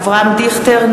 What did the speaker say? (קוראת בשמות חברי הכנסת) אברהם דיכטר,